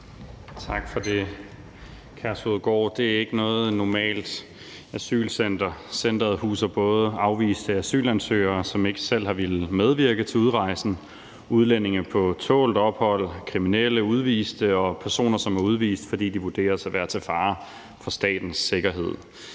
Tak for det. Kærshovedgård er ikke noget normalt asylcenter. Centeret huser både afviste asylansøgere, som ikke selv har villet medvirke til udrejsen, udlændinge på tålt ophold, kriminelle udviste og personer, som er udvist, fordi de vurderes at være til fare for statens sikkerhed.